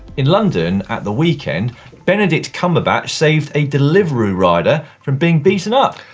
in london at the weekend benedict cumberbatch saved a delivery rider from being beaten up.